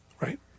right